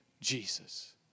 Jesus